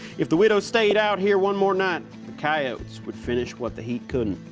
if the widow stayed out here one more night, the coyotes would finish what the heat couldn't.